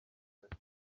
birori